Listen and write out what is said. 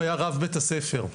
היה רב בית הספר,